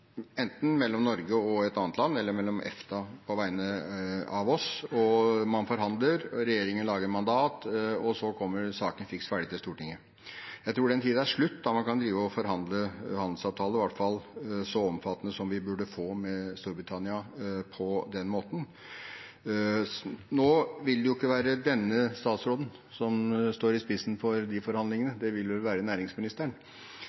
enten mellom Norge og et annet land eller av EFTA på vegne av oss, og man forhandler, regjeringen lager mandat, og så kommer saken fiks ferdig til Stortinget. Jeg tror den tiden er slutt da man kan drive og forhandle handelsavtale på den måten, iallfall så omfattende som vi burde få med Storbritannia. Nå vil det jo ikke være denne statsråden som står i spissen for de